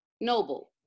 noble